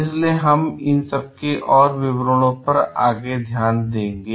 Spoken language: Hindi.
इसलिए हम इसके और विवरणों पर आगे ध्यान देंगे